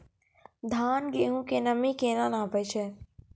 धान, गेहूँ के नमी केना नापै छै?